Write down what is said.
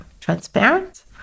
transparent